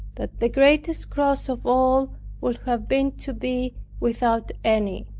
that the greatest cross of all would have been to be without any.